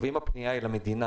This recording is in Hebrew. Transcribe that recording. ואם הפנייה היא למדינה,